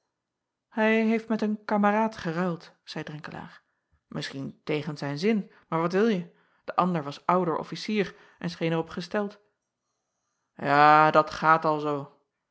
ij heeft met een kameraad geruild zeî renkelaer misschien tegen zijn zin maar wat wilje de ander was ouder officier en scheen er op gesteld a dat gaat al zoo